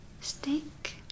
stick